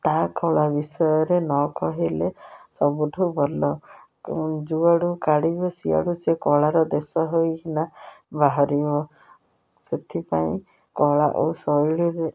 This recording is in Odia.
ତା କଳା ବିଷୟରେ ନ କହିଲେ ସବୁଠୁ ଭଲ ଯୁଆଡ଼ୁ କାଢ଼ିବେ ସିଆଡ଼ୁ ସେ କଳାର ଦେଶ ହୋଇକିନା ବାହାରିବ ସେଥିପାଇଁ କଳା ଓ ଶୈଳୀରେ